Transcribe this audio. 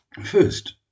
First